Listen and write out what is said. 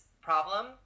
problem